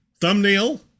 thumbnail